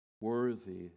Worthy